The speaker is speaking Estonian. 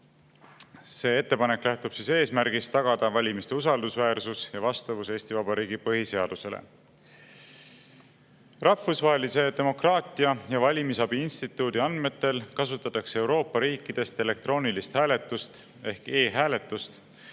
See ettepanek lähtub eesmärgist tagada valimiste usaldusväärsus ja vastavus Eesti Vabariigi põhiseadusele. Rahvusvahelise demokraatia ja valimisabi instituudi andmetel kasutatakse Euroopa riikidest elektroonilist hääletust ehk e-hääletust